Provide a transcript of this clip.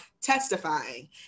testifying